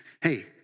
Hey